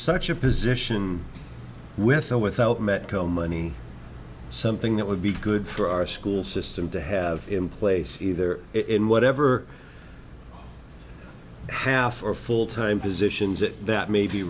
such a position with or without medical money something that would be good for our school system to have in place either in whatever half or full time positions that that may be